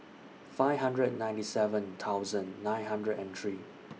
five hundred and ninety seven thousand nine hundred and three